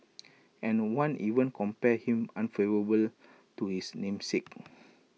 and one even compared him unfavourably to his namesake